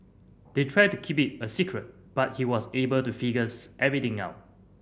they tried to keep it a secret but he was able to figures everything out